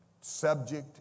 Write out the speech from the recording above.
subject